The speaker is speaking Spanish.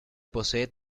posee